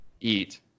eat